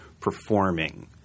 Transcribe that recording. performing